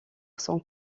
son